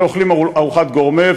ואוכלים ארוחת גורמה,